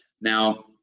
Now